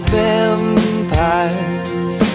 vampires